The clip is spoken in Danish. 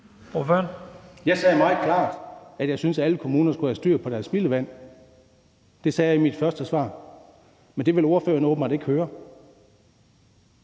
Jeg sagde meget klart, at jeg synes, at alle kommuner skulle have styr på deres spildevand. Det sagde jeg i mit første svar, men det ville ordføreren åbenbart ikke høre.